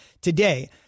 today